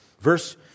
Verse